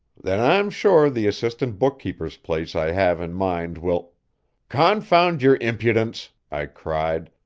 then i'm sure the assistant bookkeeper's place i have in mind will confound your impudence! i cried,